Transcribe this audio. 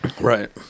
Right